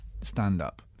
stand-up